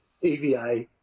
EVA